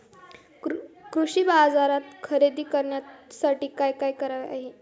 कृषी बाजारात खरेदी करण्यासाठी काय काय आहे?